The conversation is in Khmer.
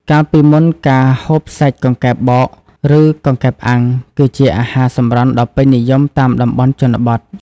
កាលពីមុន ការហូបសាច់កង្កែបបោក ឬកង្កែបអាំង គឺជាអាហារសម្រន់ដ៏ពេញនិយមតាមតំបន់ជនបទ។